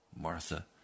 Martha